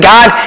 God